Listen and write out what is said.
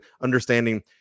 understanding